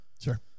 Sure